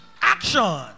action